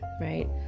Right